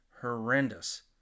horrendous